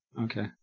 okay